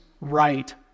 right